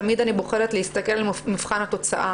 תמיד אני בוחרת להסתכל במבחן התוצאה